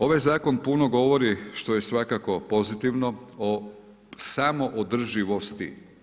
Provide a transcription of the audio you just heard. Ovaj zakon puno govori što je svakako pozitivno o samoodrživosti.